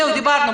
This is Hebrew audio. זהו, דיברנו.